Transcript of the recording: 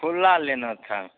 खुला लेना था